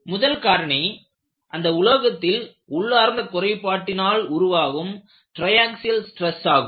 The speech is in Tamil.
முதல் காரணி அந்த உலோகத்தில் உள்ளார்ந்த குறைபாட்டினால் உருவாகும் ட்ரையாக்ஸில் ஸ்ட்ரெஸ் ஆகும்